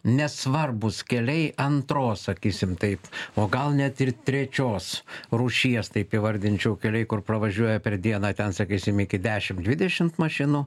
nesvarbūs keliai antros sakysim taip o gal net ir trečios rūšies taip įvardinčiau keliai kur pravažiuoja per dieną ten sakysim iki dešim dvidešimt mašinų